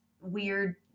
weird